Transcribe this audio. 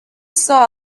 saw